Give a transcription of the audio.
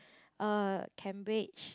uh Cambridge